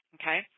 okay